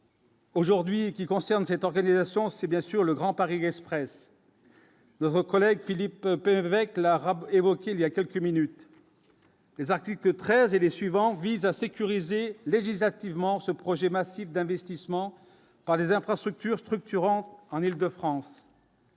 Aujourd'hui et qui concerne cette organisation, c'est bien sûr le Grand Paris Express reconnaît que Philippe Perrin avec l'arabe évoqué il y a quelques minutes. Les articles 13 et les suivants vise à sécuriser les dix hâtivement ce projet massif d'investissements dans les infrastructures structurants en Île-de-France.